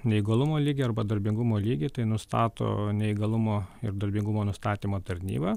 neįgalumo lygį arba darbingumo lygį tai nustato neįgalumo ir darbingumo nustatymo tarnyba